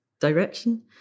direction